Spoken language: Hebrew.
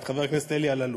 את חבר הכנסת אלי אלאלוף,